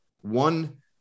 One